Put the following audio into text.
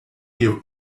give